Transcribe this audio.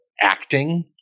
acting